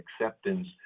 acceptance